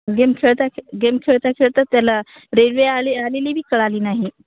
game खेळता खेळ game खेळता खेळतच त्याला रेल्वे आले आलेली बी कळाली नाही